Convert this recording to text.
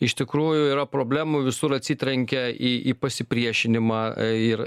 iš tikrųjų yra problemų visur atsitrenkia į į pasipriešinimą ir